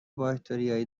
باکتریایی